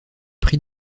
prix